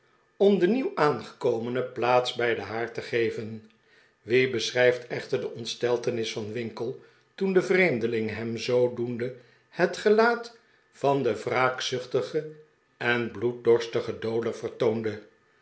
om den nieuw aangekomene plaats bij den haard te geven wie beschrijft echter de ontsteltenis van winkle toen de vreemdeling hem zoodoende het gelaat van den wraakzuchtigen en bloeddorstigen dowler